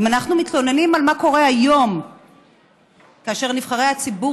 אם אנחנו מתלוננים על שמה קורה היום כאשר נבחרי הציבור